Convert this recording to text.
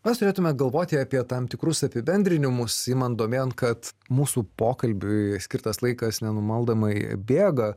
mes turėtume galvoti apie tam tikrus apibendrinimus imant domėn kad mūsų pokalbiui skirtas laikas nenumaldomai bėga